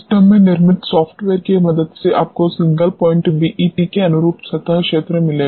system में निर्मित software की मदद से आपको सिंगल पॉइंट बीईटी के अनुरूप सतह क्षेत्र मिलेगा